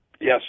Yes